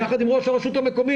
יחד עם ראש הרשות המקומית,